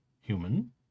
human